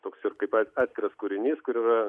toks ir kaip at atskiras kūrinys kur yra